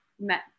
met